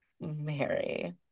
Mary